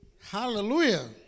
Hallelujah